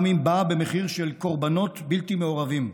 גם אם היא באה במחיר של קורבנות בלתי מעורבים.